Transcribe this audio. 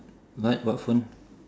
what what phone